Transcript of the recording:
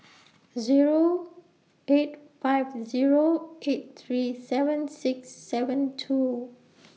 Zero eight five Zero eight three seven six seven two